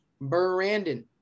Brandon